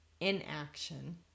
inaction